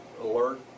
alert